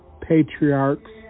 patriarchs